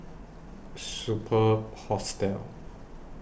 Superb Hostel